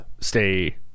stay